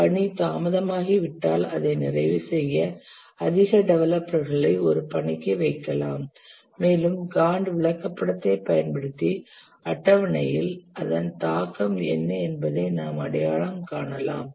பணி தாமதமாகிவிட்டால் அதை நிறைவுசெய்ய அதிக டெவலப்பர்களை ஒரு பணிக்கு வைக்கலாம் மேலும் காண்ட் விளக்கப்படத்தைப் பயன்படுத்தி அட்டவணையில் அதன் தாக்கம் என்ன என்பதை நாம் அடையாளம் காணலாம்